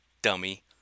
dummy